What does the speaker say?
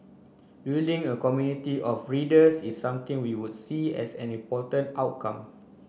building a community of readers is something we would see as an important outcome